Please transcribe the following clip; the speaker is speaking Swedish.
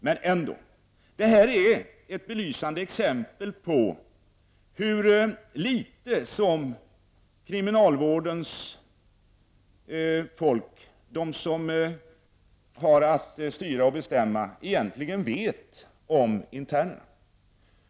Men ändå! Detta är ett belysande exempel på hur litet de som har att styra och bestämma inom kriminalvården egentligen vet om internerna.